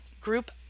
group